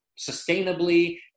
sustainably